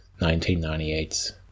1998's